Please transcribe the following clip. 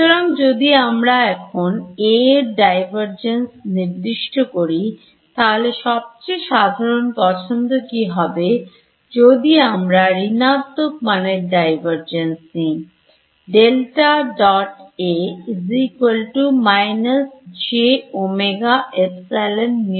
সুতরাং যদি আমরা এখন A এর Divergence নির্দিষ্ট করি তাহলে সবচেয়ে সাধারণ পছন্দ কি হবে যদি আমরা ঋণাত্মক মানের Divergence নি